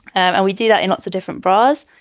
and we do that in lots of different bras.